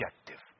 objective